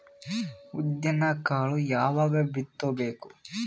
ಉದ್ದಿನಕಾಳು ಯಾವಾಗ ಬಿತ್ತು ಬೇಕು?